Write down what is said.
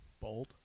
Bold